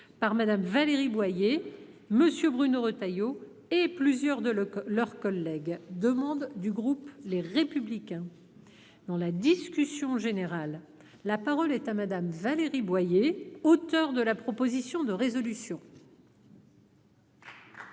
par Mme Valérie Boyer, M. Bruno Retailleau et plusieurs de leurs collègues (proposition n° 227). Dans la discussion générale, la parole est à Mme Valérie Boyer, auteure de la proposition de résolution.